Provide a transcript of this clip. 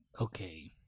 Okay